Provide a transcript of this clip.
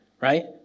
right